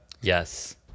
Yes